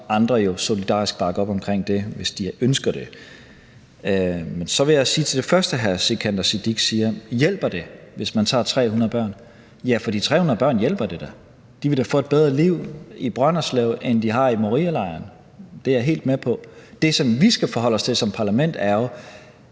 andre jo solidarisk bakke op om det, hvis de ønsker det. Men så vil jeg sige til det første, hr. Sikandar Siddique siger, altså om det hjælper, hvis man tager 300 børn: Ja, for de 300 børn hjælper det da; de vil da få et bedre liv i Brønderslev, end de har i Morialejren. Det er jeg helt med på. Det, som vi skal forholde os til som parlament, er jo: